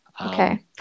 okay